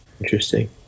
Interesting